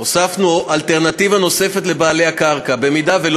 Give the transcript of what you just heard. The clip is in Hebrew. הוספנו אלטרנטיבה לבעלי הקרקע: אם לא